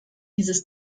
dieses